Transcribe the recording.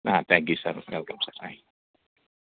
thank you sir welcome sir bye